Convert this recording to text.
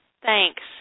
Thanks